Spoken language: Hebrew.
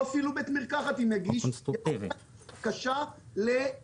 אפילו בית מרקחת אם יגיש בקשה לייצוא.